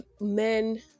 men